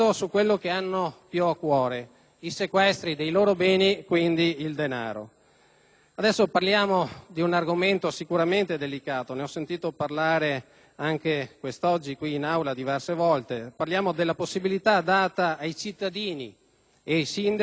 Adesso parliamo di un argomento sicuramente delicato (ne ho sentito parlare anche quest'oggi in Aula diverse volte): parliamo della possibilità data ai cittadini e ai sindaci di poter aiutare le forze dell'ordine nel controllo del territorio.